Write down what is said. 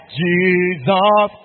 jesus